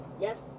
Yes